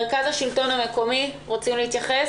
אנשי מרכז השלטון המקומי, רוצים להתייחס?